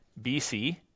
BC